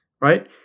right